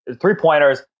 three-pointers